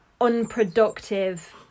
Unproductive